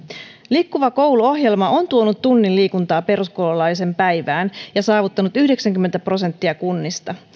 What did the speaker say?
liikkuva koulu ohjelma on tuonut tunnin liikuntaa peruskoululaisen päivään ja saavuttanut yhdeksänkymmentä prosenttia kunnista